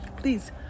Please